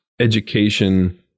education